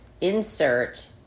insert